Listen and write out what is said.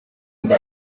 nzu